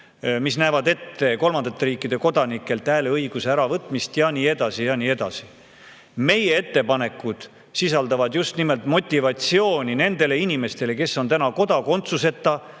mis näevad ette kolmandate riikide kodanikelt hääleõiguse äravõtmist ja nii edasi ja nii edasi. Meie ettepanekud sisaldavad just nimelt motivatsiooni nendele inimestele, kes on kodakondsuseta